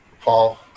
Paul